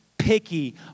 picky